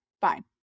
fine